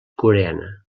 coreana